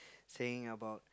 saying about